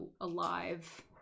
alive